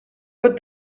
but